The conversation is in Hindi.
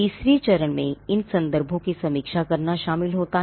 तीसरे चरण में इन संदर्भों की समीक्षा करना शामिल होता है